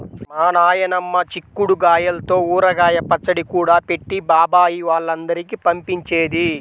మా నాయనమ్మ చిక్కుడు గాయల్తో ఊరగాయ పచ్చడి కూడా పెట్టి బాబాయ్ వాళ్ళందరికీ పంపించేది